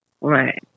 Right